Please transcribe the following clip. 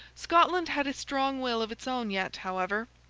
scotland had a strong will of its own yet, however.